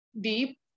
deep